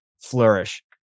flourish